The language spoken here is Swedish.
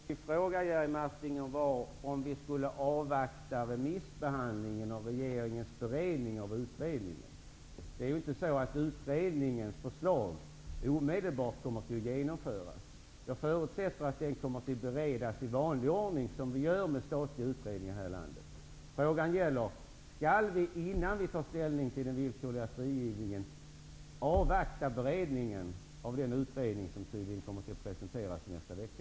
Herr talman! Min fråga var, Jerry Martinger, huruvida vi skulle avvakta remissbehandlingen och regeringens beredning av utredningen. Utredningens förslag kommer ju inte omedelbart att genomföras. Jag förutsätter att utredningens förslag kommer att beredas på vanligt sätt för statliga utredningar. Skall vi, innan vi tar ställning till förslaget om den villkorliga frigivningen, avvakta beredningen av den utredning som tydligen kommer att presenteras nästa vecka?